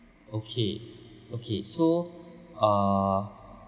okay okay so uh